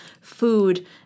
food